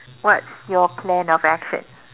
what's your plan of action